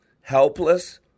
Helpless